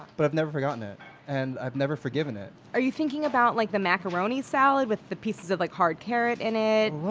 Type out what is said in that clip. but i've never forgotten it and i've never forgiven it are you thinking about like the macaroni salad with the pieces of like hard carrot in it?